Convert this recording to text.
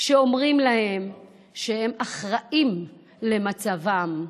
שאומרים להם שהם אחראים למצבם,